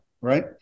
Right